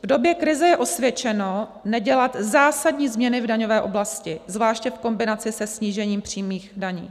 V době krize je osvědčeno nedělat zásadní změny v daňové oblasti, zvláště v kombinaci se snížením přímých daní.